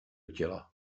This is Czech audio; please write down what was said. těla